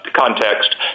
context